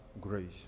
grace